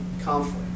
conflict